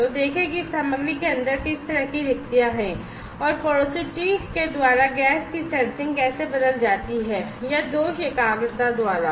तो देखें कि इस सामग्री के अंदर किस तरह की रिक्तियां हैं और छिद्र के द्वारा गैस की सेंसिंग कैसे बदली जाती है या दोष एकाग्रता द्वारा